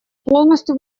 полностью